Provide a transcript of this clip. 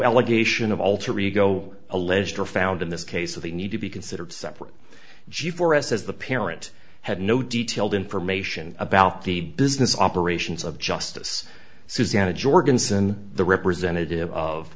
allegation of alter ego alleged or found in this case of the need to be considered separate g four s as the parent had no detailed information about the business operations of justice susanna jorgensen the representative of